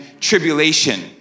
tribulation